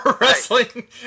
Wrestling